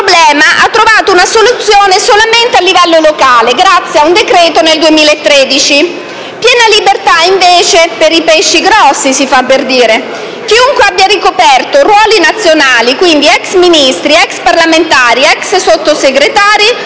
Il problema ha trovato una soluzione solamente a livello locale, grazie ad un decreto nel 2013. Piena libertà, invece, per i pesci grossi (si fa per dire): chiunque abbia ricoperto ruoli nazionali (quindi ex Ministri, ex parlamentari ed ex Sottosegretari)